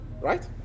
Right